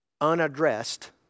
unaddressed